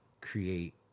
create